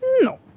No